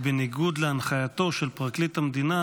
בניגוד להנחייתו של פרקליט המדינה,